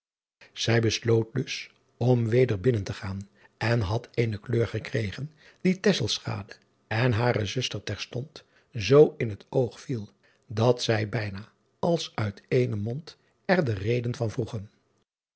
dus om weder binnen te gaan en had eene kleur gekregen die en hare zuster terstond zoo in het oog viel dat zij bijna als uit éénen mond er de reden van vroegen